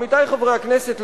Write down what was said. עמיתי חברי הכנסת,